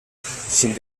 sin